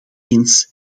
eens